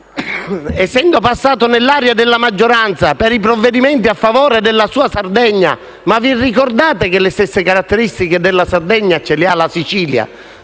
essendo passato nell'area della maggioranza, per i provvedimenti a favore della sua Sardegna, vi ricordate che le stesse caratteristiche della Sardegna le ha anche la Sicilia?